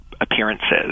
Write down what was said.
appearances